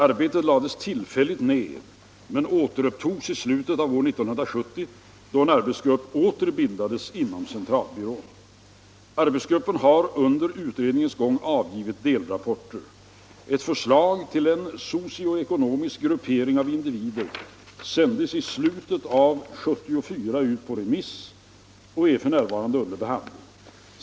Arbetet lades tillfälligt ned men återupptogs i slutet av år 1970, då en arbetsgrupp åter bildades inom centralbyrån. Arbetsgruppen har under utredningens gång avgivit delrapporter. Ett förslag till en socio-ekonomisk gruppering av individer sändes i slutet av år 1974 ut på remiss och är för närvarande under behandling.